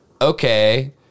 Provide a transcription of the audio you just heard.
Okay